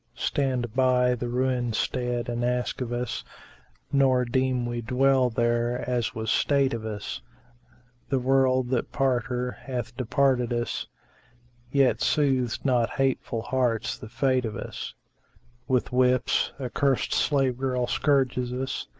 stand by the ruined stead and ask of us nor deem we dwell there as was state of us the world, that parter, hath departed us yet soothes not hate-full hearts the fate of us with whips a cursed slave girl scourges us,